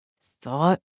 Thought